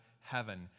heaven